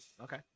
Okay